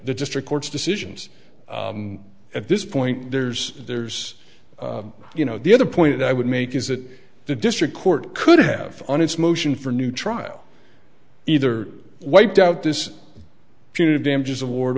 the district court's decisions at this point there's there's you know the other point i would make is that the district court could have on its motion for new trial either wiped out this punitive damages award